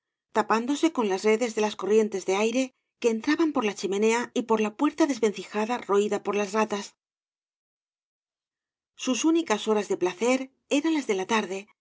tapándose con las redeb de las corrientes de aire que entraban por la chimenea y por la puerta desvencijada roída por las ratas sus úaicas horas de placer eran las de la tarde